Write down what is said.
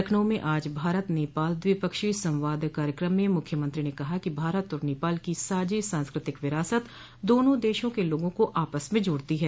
लखनऊ में आज भारत नेपाल द्विपक्षीय संवाद कार्यकम में मुख्यमंत्री ने कहा कि भारत और नेपाल की साझी सांस्कृतिक विरासत दोनों देशों के लोगों का आपस में जोड़ती है